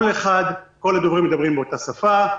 כל אחד, כל הדוברים מדברים באותה שפה.